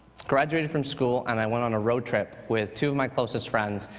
graduated from school, and i went on a road trip with two of my closest friends.